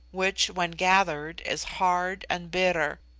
which, when gathered, is hard and bitter.